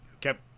kept